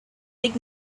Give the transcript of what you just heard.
big